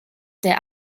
der